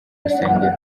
rusengero